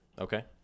Okay